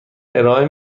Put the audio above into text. ارائه